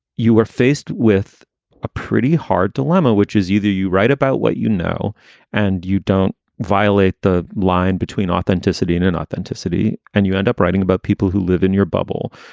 you were faced with a pretty hard dilemma, which is either you write about what you know and you don't violate the line between authenticity and authenticity and you end up writing about people who live in your bubble.